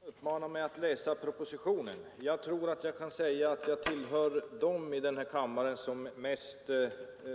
Herr talman! Statsrådet Lidbom uppmanade mig att läsa propositionen. Jag tror jag kan säga att jag tillhör dem här i kammaren som